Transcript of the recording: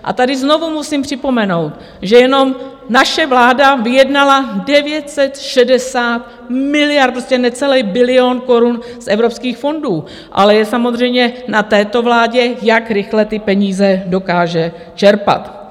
A tady znovu musím připomenout, že jenom naše vláda vyjednala 960 miliard, prostě necelý bilion korun, z evropských fondů, ale je samozřejmě na této vládě, jak rychle ty peníze dokáže čerpat.